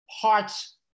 parts